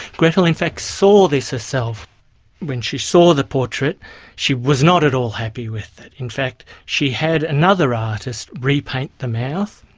gretl in fact saw this herself when she saw the portrait she was not at all happy with it. in fact, she had another artist repaint the mouth.